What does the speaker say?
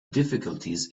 difficulties